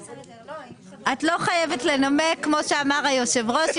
את לא חייבת לנמק כמו שאמר היושב ראש.